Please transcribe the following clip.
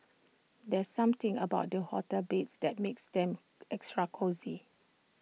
there's something about the hotel beds that makes them extra cosy